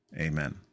Amen